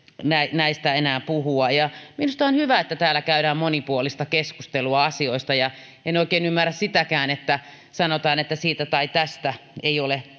näistä enää puhua minusta on hyvä että täällä käydään monipuolista keskustelua asioista en oikein ymmärrä sitäkään että sanotaan että siitä tai tästä ei